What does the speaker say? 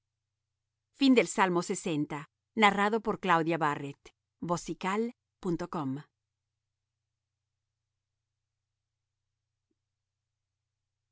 salmo de david